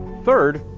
third,